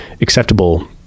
acceptable